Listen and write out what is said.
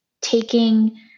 taking